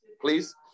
Please